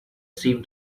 seem